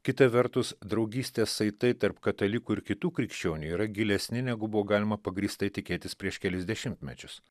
kita vertus draugystės saitai tarp katalikų ir kitų krikščionių yra gilesni negu buvo galima pagrįstai tikėtis prieš kelis dešimtmečius